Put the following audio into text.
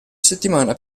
settimana